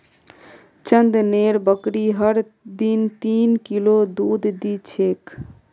चंदनेर बकरी हर दिन तीन किलो दूध दी छेक